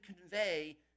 convey